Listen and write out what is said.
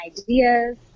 ideas